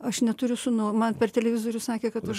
aš neturiu sūnau man per televizorių sakė kad aš